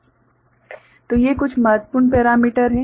तो ये कुछ अन्य महत्वपूर्ण पैरामीटर हैं